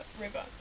River